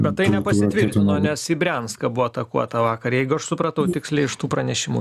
bet tai nepasitvirtino nes į brianską buvo atakuota vakar jeigu aš supratau tiksliai iš tų pranešimų